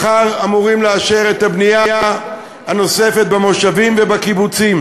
מחר אמורים לאשר את הבנייה הנוספת במושבים ובקיבוצים.